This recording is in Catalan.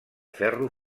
ferro